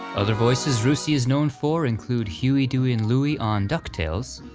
other voices russi is known for include huey, dewey, and louie on duck tales,